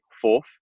Fourth